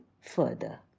further